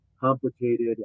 complicated